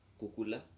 kukula